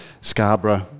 Scarborough